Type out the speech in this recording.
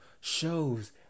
shows